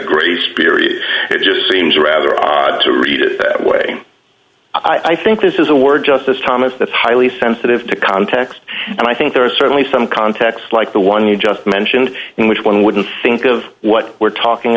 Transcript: grace period it just seems rather odd to read it way i think this is a word justice thomas that's highly sensitive to context and i think there are certainly some contexts like the one you just mentioned in which one wouldn't think of what we're talking